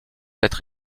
être